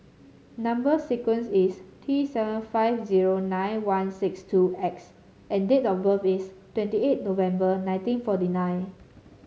number sequence is T seven five zero nine one six two X and date of birth is twenty eight November nineteen forty nine